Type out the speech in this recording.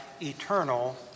eternal